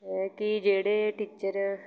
ਕਿ ਜਿਹੜੇ ਟੀਚਰ